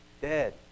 dead